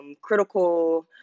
critical